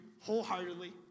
wholeheartedly